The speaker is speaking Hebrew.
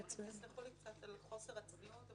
תסלחו לי קצת על חוסר הצניעות,